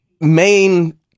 main